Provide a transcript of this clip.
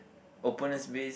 opponent's base